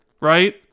Right